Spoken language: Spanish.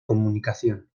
comunicación